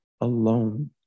alone